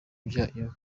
byayo